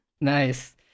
Nice